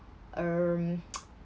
um